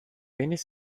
wenig